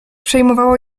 przejmowało